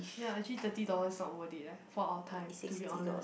ya actually thirty dollar is not worth it eh for our time to be honest